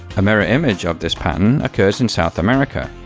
a mirror image of this pattern occurs in south america,